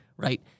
right